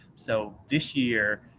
so, this year,